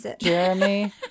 Jeremy